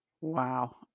Wow